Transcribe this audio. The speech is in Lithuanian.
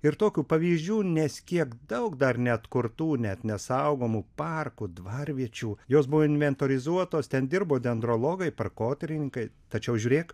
ir tokių pavyzdžių nes kiek daug dar neatkurtų net nesaugomų parkų dvarviečių jos buvo inventorizuotos ten dirbo dendrologai parkotyrininkai tačiau žiūrėk